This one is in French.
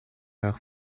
leur